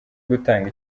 gutanga